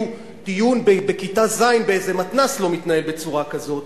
דיון בכיתה ז' באיזה מתנ"ס לא מתנהל בצורה כזאת,